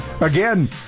Again